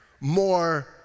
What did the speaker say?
more